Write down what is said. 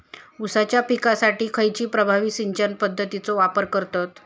ऊसाच्या पिकासाठी खैयची प्रभावी सिंचन पद्धताचो वापर करतत?